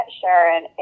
Sharon